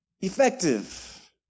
effective